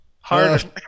hard